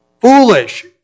foolish